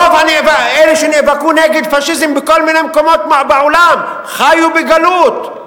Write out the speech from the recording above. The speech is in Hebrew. רוב אלה שנאבקו נגד פאשיזם בכל מיני מקומות בעולם חיו בגלות,